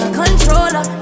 controller